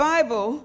Bible